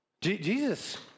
Jesus